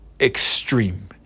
extreme